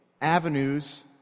avenues